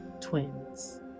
twins